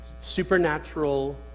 supernatural